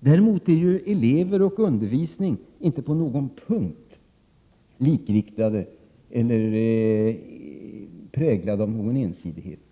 Däremot är elever och undervisning inte på någon punkt likriktade eller präglade av ensidighet.